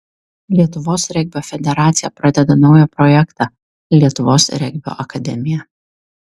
lietuvos regbio federacija pradeda naują projektą lietuvos regbio akademija